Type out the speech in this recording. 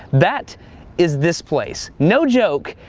that is this place. no joke.